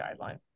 guideline